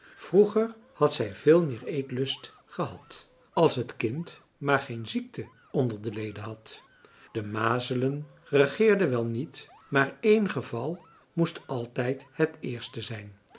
vroeger had zij veel meer eetlust gehad als het kind maar geen ziekte onder de leden had de mazelen regeerden wel niet maar één geval moest altijd het eerste zijn